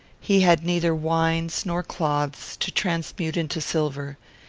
he had neither wines nor cloths, to transmute into silver.